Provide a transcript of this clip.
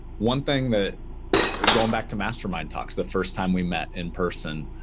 one thing that going back to mastermind talks, the first time we met in person